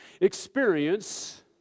experience